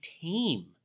tame